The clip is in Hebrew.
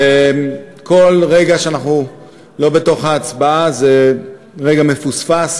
וכל רגע שאנחנו לא בתוך ההצבעה זה רגע מפוספס,